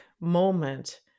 moment